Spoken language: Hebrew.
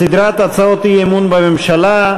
סדרת הצעות אי-אמון בממשלה,